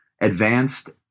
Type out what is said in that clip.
advanced